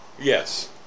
Yes